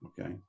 okay